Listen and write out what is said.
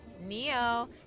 Neo